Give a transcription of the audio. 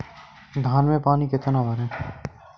धान में पानी कितना भरें?